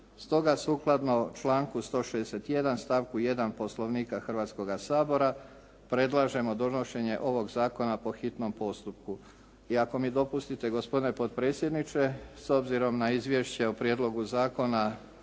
Stoga, sukladno članku 161. stavku 1. Poslovnika Hrvatskoga sabora predlažemo donošenje ovog zakona po hitnom postupku. I ako mi dopustite gospodine potpredsjedniče, s obzirom na izvješće o prijedlogu zakona